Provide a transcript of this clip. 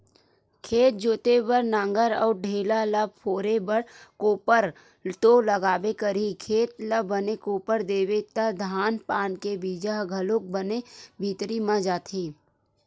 खेत जोते बर नांगर अउ ढ़ेला ल फोरे बर कोपर तो लागबे करही, खेत ल बने कोपर देबे त धान पान के बीजा ह घलोक बने भीतरी म जाथे